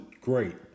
great